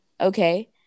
Okay